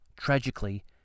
tragically